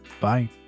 Bye